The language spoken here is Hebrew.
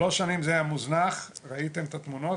שלוש שנים הוא היה מוזנח, ראית את התמונות.